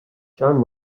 john